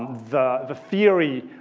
the the theory,